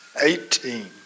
Eighteen